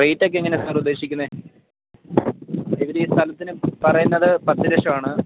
റേറ്റൊക്കെ എങ്ങനെയാണ് സാർ ഉദ്ദേശിക്കുന്നത് ഇവർ ഈ സ്ഥലത്തിന് പറയുന്നത് പത്തു ലക്ഷമാണ്